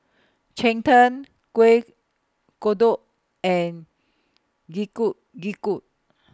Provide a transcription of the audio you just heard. Cheng Tng Kuih Kodok and